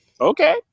okay